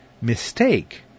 mistake